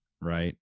right